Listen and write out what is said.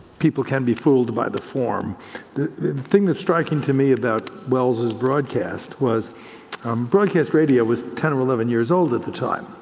people can be fooled by the form. the thing that's striking to me about welles's broadcast was um broadcast radio was ten or eleven years old at that time.